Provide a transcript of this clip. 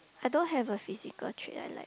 I don't have a physical trait I like